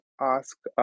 ask